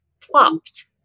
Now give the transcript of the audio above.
flopped